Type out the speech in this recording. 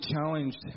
challenged